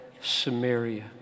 Samaria